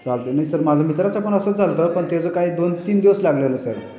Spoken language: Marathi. चालतं आहे नाही सर माझा मित्राचं पण असंच झालं होतं पण त्याचं काय दोन तीन दिवस लागलेलं सर